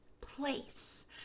place